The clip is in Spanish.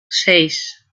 seis